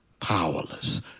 powerless